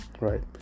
right